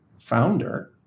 founder